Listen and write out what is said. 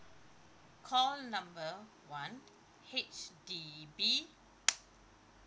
call number one H_D_B